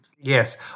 Yes